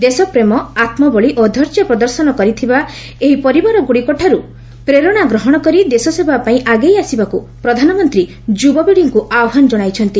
ଦେଶପ୍ରେମ ଆତ୍ମବଳି ଓ ଧୈର୍ଯ୍ୟ ପ୍ରଦର୍ଶନ କରିଥିବା ଏହି ପରିବାରଗୁଡ଼ିକଠାରୁ ପ୍ରେରଣା ଗ୍ରହଣ କରି ଦେଶସେବା ପାଇଁ ଆଗେଇ ଆସିବାକୁ ପ୍ରଧାନମନ୍ତ୍ରୀ ଯୁବପିଢ଼ିକୁ ଆହ୍ୱାନ ଜଣାଇଛନ୍ତି